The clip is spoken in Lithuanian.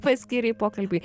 paskyrei pokalbiui